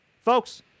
Folks